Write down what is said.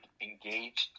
engaged